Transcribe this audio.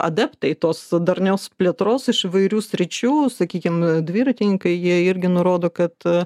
adeptai tos darnios plėtros iš įvairių sričių sakykim dviratininkai jie irgi nurodo kad